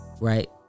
Right